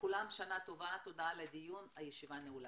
לכולם שנה טובה, תודה על הדיון, הישיבה נעולה.